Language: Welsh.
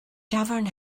dafarn